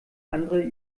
andere